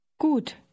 Gut